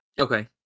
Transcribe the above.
Okay